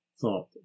thought